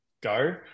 go